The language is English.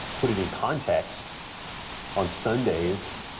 put it in context on sundays